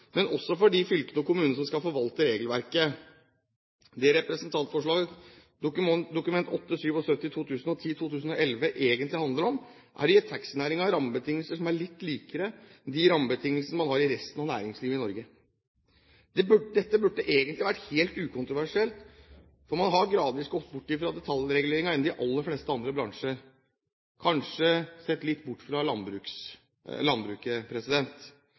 men også for de fylkene og kommunene som skal forvalte regelverket. Det som representantforslaget, Dokument 8:77 for 2010–2011, egentlig handler om, er å gi taxinæringen rammebetingelser som er litt mer like de rammebetingelsene som resten av næringslivet i Norge har. Dette burde egentlig vært helt ukontroversielt, for man har gradvis gått bort fra detaljreguleringer innen de aller fleste andre bransjer, kanskje bortsett fra innen landbruket.